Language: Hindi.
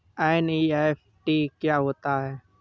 एन.ई.एफ.टी क्या होता है?